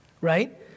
right